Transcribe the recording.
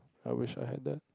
I wish I had that